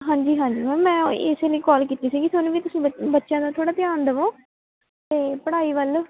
ਹਾਂਜੀ ਹਾਂਜੀ ਮੈਮ ਮੈਂ ਇਸੇ ਲਈ ਕੋਲ ਕੀਤੀ ਸੀਗੀ ਤੁਹਾਨੂੰ ਵੀ ਤੁਸੀਂ ਬ ਬੱਚਿਆਂ ਦਾ ਥੋੜ੍ਹਾ ਧਿਆਨ ਦੇਵੋ ਅਤੇ ਪੜ੍ਹਾਈ ਵੱਲ